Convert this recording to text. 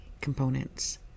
components